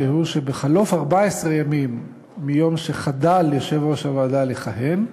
והוא שבחלוף 14 ימים מיום שחדל יושב-ראש הוועדה לכהן,